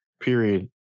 period